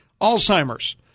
Alzheimer's